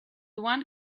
one